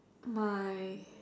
my